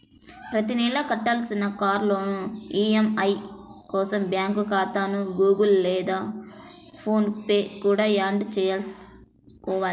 ప్రతి నెలా కట్టాల్సిన కార్ లోన్ ఈ.ఎం.ఐ కోసం బ్యాంకు ఖాతాను గుగుల్ పే లేదా ఫోన్ పే కు యాడ్ చేసుకోవాలి